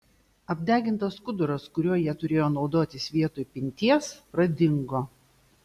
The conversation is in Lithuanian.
apdegintas skuduras kuriuo jie turėjo naudotis vietoj pinties pradingo